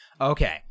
okay